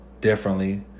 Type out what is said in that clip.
differently